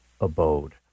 abode